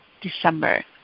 December